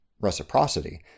reciprocity